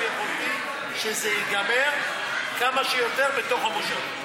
יכולתי שזה ייגמר כמה שיותר בתוך המושב.